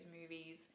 movies